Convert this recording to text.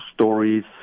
stories